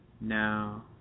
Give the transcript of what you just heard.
No